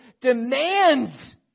demands